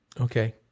Okay